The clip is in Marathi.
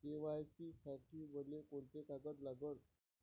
के.वाय.सी साठी मले कोंते कागद लागन?